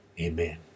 amen